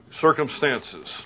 circumstances